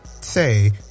say